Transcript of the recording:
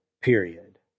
period